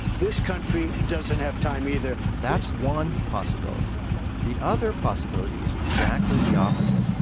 this country doesn't have time either that's one possibility. the other possibility is exactly the opposite. yeah